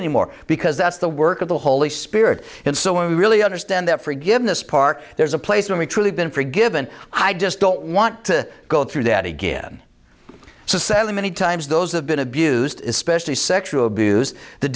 anymore because that's the work of the holy spirit and so when we really understand that forgiveness part there's a place where we truly been forgiven i just don't want to go through that again so sadly many times those have been abused especially sexual abuse the